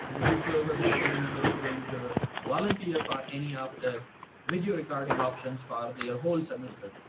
whosoever the faculty member is going to volunteer for any of the video recording options for the ah whole semester.